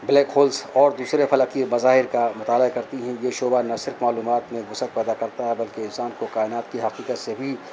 black holes اور دوسرے فلکی مظاہر کا مطالعہ کرتی ہیں یہ شعبہ نہ صرف معلومات میں وسعت پیدا کرتا ہے بلکہ انسان کو کائنات کی حقیقت سے بھی